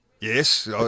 Yes